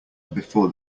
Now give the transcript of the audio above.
before